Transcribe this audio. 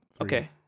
Okay